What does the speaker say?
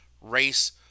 race